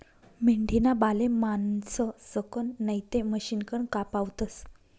मेंढीना बाले माणसंसकन नैते मशिनकन कापावतस